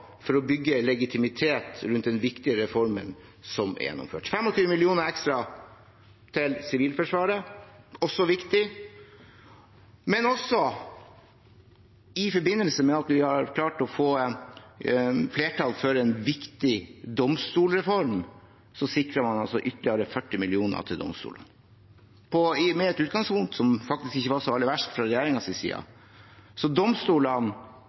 for å bygge legitimitet rundt den viktige reformen som er gjennomført. 25 mill. kr ekstra til Sivilforsvaret er også viktig. I forbindelse med at vi har klart å få flertall for en viktig domstolsreform, sikrer man ytterligere 40 mill. kr til domstolene, med et utgangspunkt som faktisk ikke var så aller verst fra regjeringens side. Så domstolene